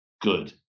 good